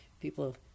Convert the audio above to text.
people